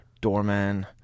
doorman